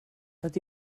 ydy